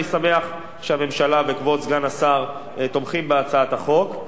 אני שמח שהממשלה וכבוד סגן השר תומכים בהצעת החוק,